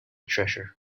treasure